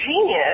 genius